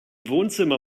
wohnzimmer